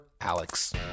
Alex